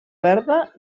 verda